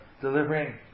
delivering